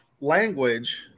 language